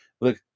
look